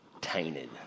tainted